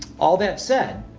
all that said,